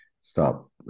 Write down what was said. stop